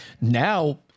now